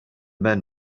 men